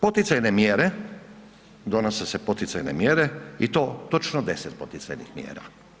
Poticajne mjere, donose se poticajne mjere i to točno 10 poticajnih mjera.